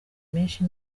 menshi